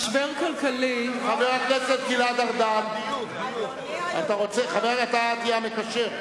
משבר כלכלי, חבר הכנסת גלעד ארדן, אתה תהיה המקשר.